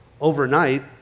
overnight